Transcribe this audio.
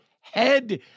head